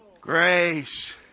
grace